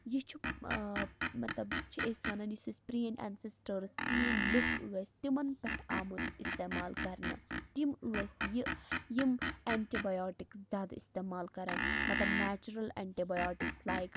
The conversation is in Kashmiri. یہِ چھُ مطلب چھِ أسۍ وَنان یُس یہِ پرٲنۍ اٮ۪نسِسٹٲرٕس پرٲنۍ لُکھ ٲسۍ تِمَن پٮ۪ٹھ آمُت اِستعمال کرنہٕ یِم ٲسۍ یہِ یِم اٮ۪نٹِبیوٹِکٔس زیادٕ اِستعمال کران مطلب نٮ۪چُرَل اٮ۪نٹِبِیوٹِکٔس لایک